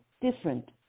different